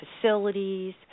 facilities